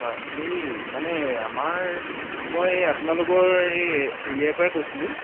হয় এই মানে আমাৰ মই এই আপোনালোকৰ এই এৰিয়াৰ পৰাই কৈছিলোঁ